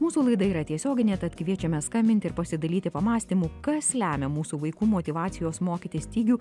mūsų laida yra tiesioginė tad kviečiame skambinti ir pasidalyti pamąstymų kas lemia mūsų vaikų motyvacijos mokytis stygių